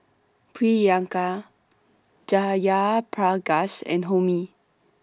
Priyanka Jayaprakash and Homi